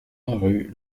rue